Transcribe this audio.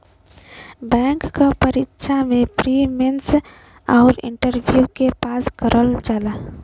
bank क परीक्षा में प्री, मेन आउर इंटरव्यू के पास करना होला